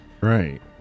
Right